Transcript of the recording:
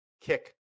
kick